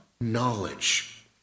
knowledge